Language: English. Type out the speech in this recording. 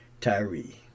Tyree